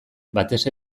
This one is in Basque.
batez